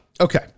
Okay